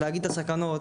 להגיד את הסכנות,